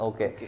Okay